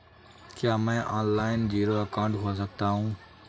क्या मैं online zero account खोल सकता हूँ?